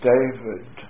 David